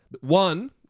One